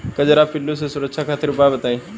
कजरा पिल्लू से सुरक्षा खातिर उपाय बताई?